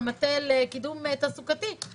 המטה לקידום תעסוקתי,